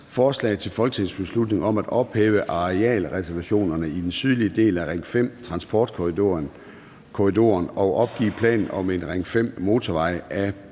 Forslag til folketingsbeslutning om at ophæve arealreservationerne i den sydlige del af Ring 5-transportkorridoren og opgive planen om en Ring 5-motorvej. Af